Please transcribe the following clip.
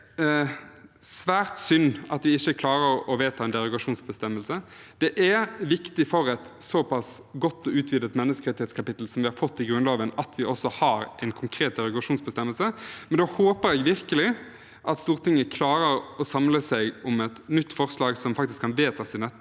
det er svært synd at vi ikke klarer å vedta en derogasjonsbestemmelse. Det er viktig for et såpass godt, utvidet menneskerettighetskapittel som vi har fått i Grunnloven, at vi også har en konkret derogasjonsbestemmelse. Da håper jeg virkelig at Stortinget klarer å samle seg om et nytt forslag, som faktisk kan vedtas i neste